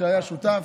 שהיה שותף,